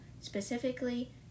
specifically